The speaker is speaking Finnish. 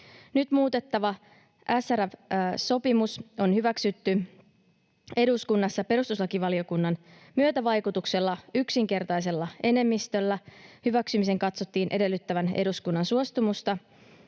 Nyt muutettava SRF-sopimus on hyväksytty eduskunnassa perustuslakivaliokunnan myötävaikutuksella yksinkertaisella enemmistöllä. Hyväksymisen katsottiin edellyttävän eduskunnan suostumusta,